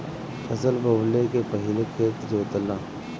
फसल बोवले के पहिले खेत जोताला